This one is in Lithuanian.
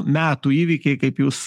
metų įvykiai kaip jūs